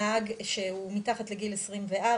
נהג שהוא מתחת לגיל 24,